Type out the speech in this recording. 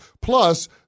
Plus